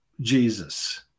Jesus